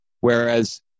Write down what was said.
Whereas